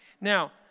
Now